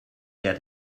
get